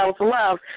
love